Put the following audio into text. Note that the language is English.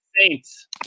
Saints